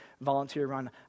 volunteer-run